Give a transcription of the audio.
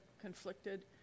conflicted